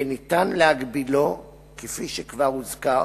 וניתן להגבילו, כפי שכבר הוזכר,